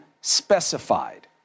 specified